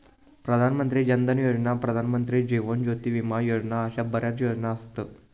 प्रधान मंत्री जन धन योजना, प्रधानमंत्री जीवन ज्योती विमा योजना अशा बऱ्याच योजना असत